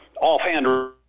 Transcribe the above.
offhand